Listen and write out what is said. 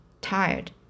tired